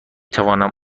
توانم